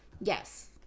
Yes